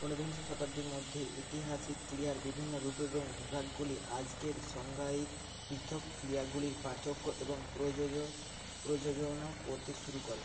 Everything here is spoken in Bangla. ঊনবিংশ শতাব্দীর মধ্যে ইতিহাসিক ক্রীড়ার বিভিন্ন রূপ এবং বিভাগগুলি আজকের সংজ্ঞায় পৃথক ক্রীড়াগুলির পার্থক্য এবং প্রযোজ প্রযোজনা করতে শুরু করে